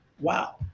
wow